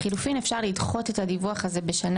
לחילופין אפשר לדחות את הדיווח הזה בשנה